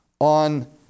on